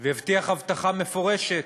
והבטיח הבטחה מפורשת,